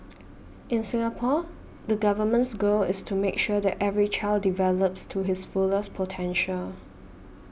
in Singapore the Government's goal is to make sure that every child develops to his fullest potential